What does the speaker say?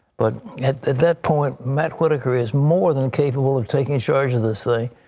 but that point, matt whitaker is more than capable of taking charge of this thing.